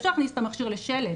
אי אפשר להכניס את המכשיר לשלד.